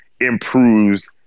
improves